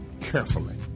carefully